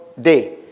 day